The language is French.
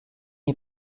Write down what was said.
est